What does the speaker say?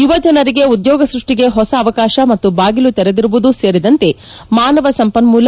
ಯುವಜನರಿಗೆ ಉದ್ಯೋಗ ಸೃಷ್ಟಿಗೆ ಹೊಸ ಅವಕಾಶ ಮತ್ತು ಬಾಗಿಲು ತೆರೆದಿರುವುದೂ ಸೇರಿದಂತೆ ಮಾನವ ಸಂಪನ್ಮೂಲ